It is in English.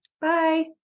Bye